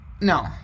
no